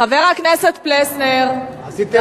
חבר הכנסת פלסנר, תן